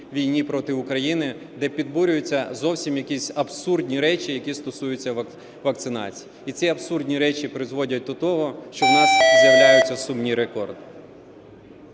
війні проти України, де підбурюються зовсім якісь абсурдні речі, які стосуються вакцинації, і ці абсурдні речі призводять до того, що в нас з'являються сумні рекорди.